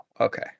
okay